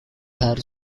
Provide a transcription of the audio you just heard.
her